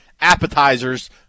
appetizers